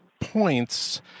points